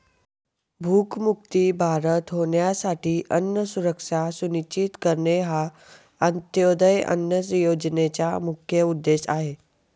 भूकमुक्त भारत होण्यासाठी अन्न सुरक्षा सुनिश्चित करणे हा अंत्योदय अन्न योजनेचा मुख्य उद्देश आहे